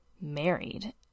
married